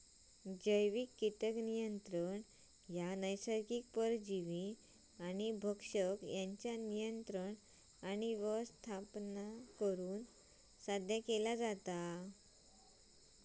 जैविक कीटक नियंत्रण ह्या नैसर्गिक परजीवी आणि भक्षक यांच्या नियंत्रण आणि व्यवस्थापन करुन साध्य केला जाता